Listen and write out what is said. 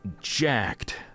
jacked